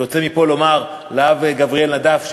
אני רוצה מפה לומר לאב גבריאל נדאף,